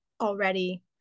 already